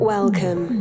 Welcome